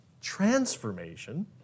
Transformation